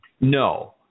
No